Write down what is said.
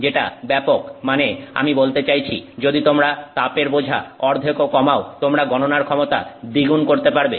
যেটা ব্যাপক মানে আমি বলতে চাইছি যদি তোমরা তাপের বোঝা অর্ধেকও কমাও তোমরা গণনার ক্ষমতা দ্বিগুণ করতে পারবে